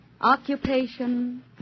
occupation